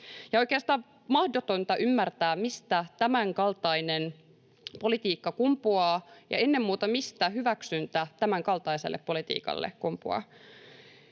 Oikeastaan on mahdotonta ymmärtää, mistä tämänkaltainen politiikka kumpuaa ja ennen muuta, mistä hyväksyntä tämänkaltaiselle politiikalle kumpuaa.